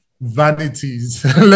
vanities